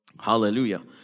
hallelujah